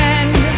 end